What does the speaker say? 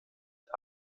der